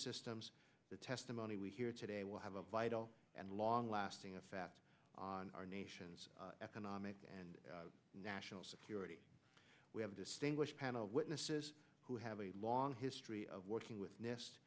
systems the testimony we hear today will have a vital and long lasting effect on our nation's economic and national security we have a distinguished panel of witnesses who have a long history of working with nest